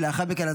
ולאחר מכן,